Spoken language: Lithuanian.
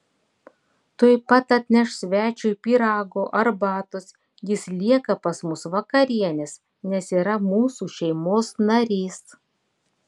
tuoj pat atnešk svečiui pyrago arbatos jis lieka pas mus vakarienės nes yra mūsų šeimos narys